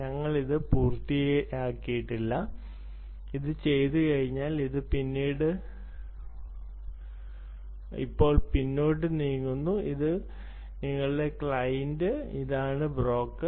ഞങ്ങൾ ഇത് പൂർത്തിയാക്കിയിട്ടില്ല ഇത് ചെയ്തുകഴിഞ്ഞാൽ ഇത് ഇപ്പോൾ പിന്നോട്ട് നീങ്ങുന്നു ഇതാണ് നിങ്ങളുടെ ക്ലയന്റ് ഇതാണ് ബ്രോക്കർ